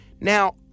Now